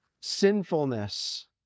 sinfulness